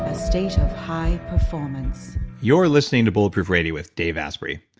a state of high performance you're listening to bulletproof radio with dave asprey.